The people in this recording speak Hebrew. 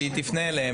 שהגננת תפנה אליהם,